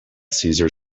cesar